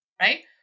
right